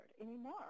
anymore